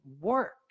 work